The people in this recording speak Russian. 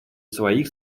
своих